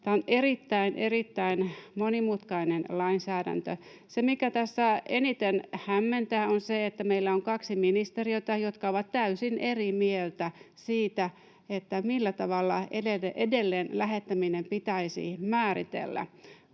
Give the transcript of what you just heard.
erittäin, erittäin monimutkainen lainsäädäntö. Mikä tässä eniten hämmentää, on se, että meillä on kaksi ministeriötä, jotka ovat täysin eri mieltä siitä, millä tavalla edelleen lähettäminen pitäisi määritellä.